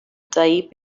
day